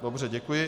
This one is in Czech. Dobře, děkuji.